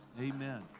Amen